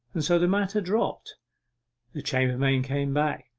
and so the matter dropped the chambermaid came back.